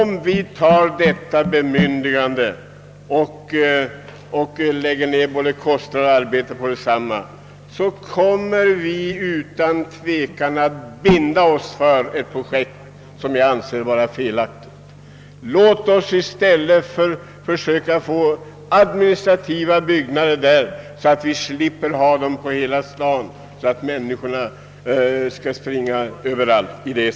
Men om vi ger byggnadsstyrelsen detta bemyndigande och låter den lägga ned kostna der och arbete på denna projektering kommer vi att binda oss för ett projekt som jag anser felaktigt. Låt oss i stället försöka få administrativa lokaler som är så belägna att vi slipper springa över hela staden.